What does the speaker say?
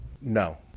No